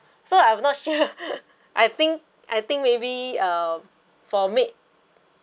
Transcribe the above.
so I'm not sure I think I think maybe uh for maid